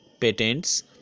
patents